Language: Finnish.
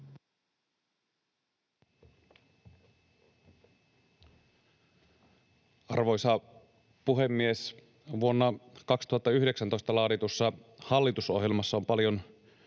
Arvoisa puhemies! Vuonna 2019 laaditussa hallitusohjelmassa on paljon